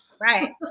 Right